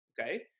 Okay